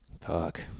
Fuck